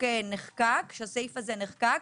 שהסעיף הזה נחקק,